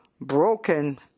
broken